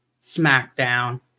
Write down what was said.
SmackDown